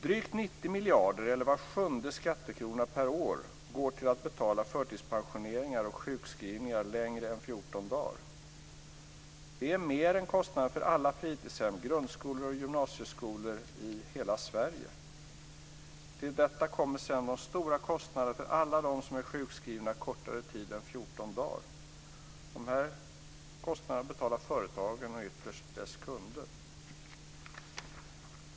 Drygt 90 miljarder, eller var sjunde skattekrona per år, går till att betala förtidspensioneringar och sjukskrivningar som är längre än 14 dagar. Det är mer än kostnaden för alla fritidshem, grundskolor och gymnasieskolor i hela Sverige. Till detta kommer sedan de stora kostnaderna för alla dem som är sjukskrivna kortare tid än 14 dagar. Dessa kostnader betalas av företagen och ytterst av deras kunder.